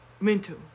Mental